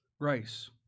Grace